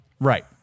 Right